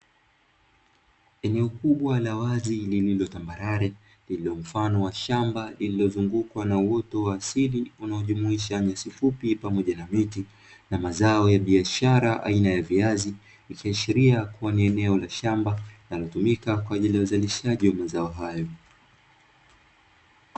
Eneo kubwa la wazi lililo tambarare lililomfano wa shamba lililozungukwa na uoto wa asili unaojumuisha nyasi fupi pamoja na miti, na mazao ya biashara aina ya viazi ikiashiria kuwa ni eneo la shamba linalotumika kwa ajili ya uzalishaji wa mazao hayo.